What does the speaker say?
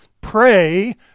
pray